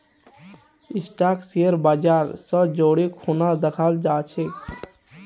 stock share बाजर स जोरे खूना दखाल जा छेक